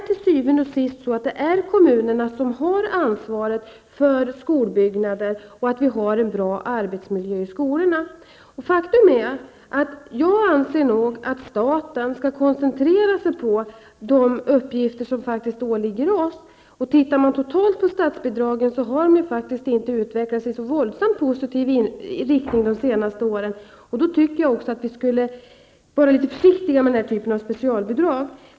Till syvende och sist har kommunerna ansvaret för skolbyggnaderna och för en bra arbetsmiljö i skolorna. Jag anser nog att staten skall koncentrera sig på de uppgifter som åligger den. Ser man på statsbidragen totalt, finner man att de faktiskt inte har utvecklats i så våldsamt positiv riktning under de senaste åren. Då tycker jag att vi skall vara försiktiga med denna typ av specialbidrag.